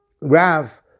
Rav